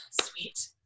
sweet